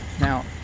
Now